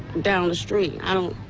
down the street, i don't